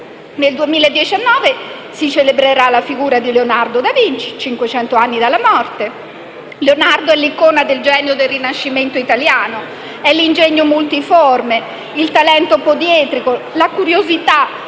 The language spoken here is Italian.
Nel 2019 si celebrerà la figura di Leonardo da Vinci (cinquecento anni dalla morte). Leonardo è l'icona del genio del Rinascimento italiano, l'ingegno multiforme, il talento poliedrico, la curiosità